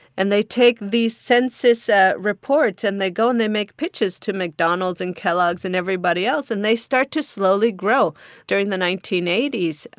and they take the census ah report, and they go and they make pitches to mcdonald's and kellogg's and everybody else. and they start to slowly grow during the nineteen eighty s,